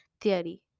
theory